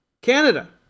Canada